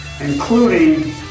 including